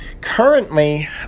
Currently